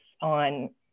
on